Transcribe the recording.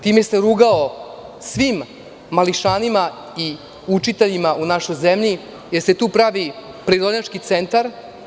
Time se rugao svim mališanima i učiteljima u našoj zemlji, jer se tu pravi prirodnjački centar.